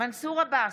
מנסור עבאס,